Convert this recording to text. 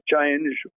change